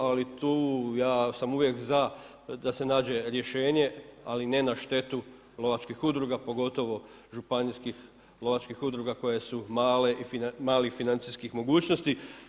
Ali tu ja sam uvijek za da se nađe rješenje, ali ne na štetu lovačkih udruga pogotovo županijskih lovačkih udruga koje su malih financijskih mogućnosti.